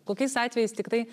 kokiais atvejais tikrai